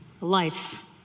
life